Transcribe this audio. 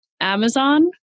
Amazon